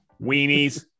weenies